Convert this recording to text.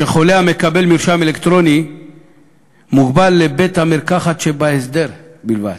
שחולה אשר מקבל מרשם אלקטרוני מוגבל לבית-מרקחת שבהסדר בלבד,